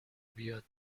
بیاد